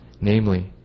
namely